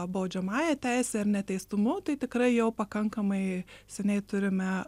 baudžiamąja teise ar ne teistumu tai tikrai jau pakankamai seniai turime